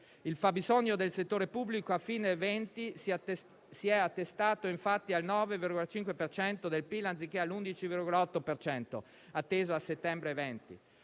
Il fabbisogno del settore pubblico a fine 2020 si è attestato infatti al 9,5 per cento del PIL anziché all'11,8 per cento atteso a settembre 2020.